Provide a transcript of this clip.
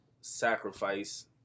sacrifice